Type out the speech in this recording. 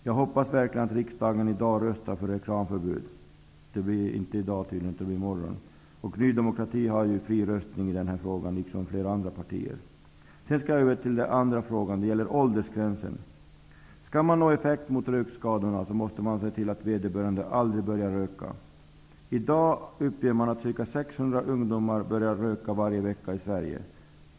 Jag hoppas verkligen att riksdagen i morgon röstar för reklamförbud. Ny demokrati, liksom flera andra partier, har fri röstning i den här frågan. Jag skall sedan övergå till frågan om åldersgränsen. Om man skall nå effekt i fråga om rökskadorna, måste man se till att människor aldrig börjar röka. I dag uppges ca 600 ungdomar börja röka varje vecka i Sverige.